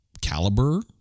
caliber